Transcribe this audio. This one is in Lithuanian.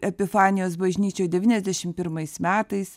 epifanijos bažnyčioj devyniasdešim pirmais metais